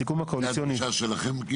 זו הדרישה שלכם?